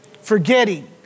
Forgetting